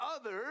others